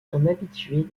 habitué